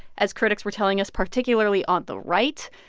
as critics were telling us, particularly on the right.